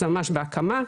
זה ממש בהקמה,